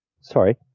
sorry